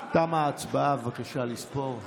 תמה ההצבעה, בבקשה לספור.